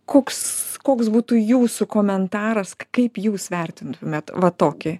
koks koks būtų jūsų komentaras kaip jūs vertintumėt va tokį